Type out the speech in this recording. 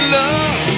love